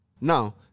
now